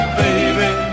baby